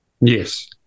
Yes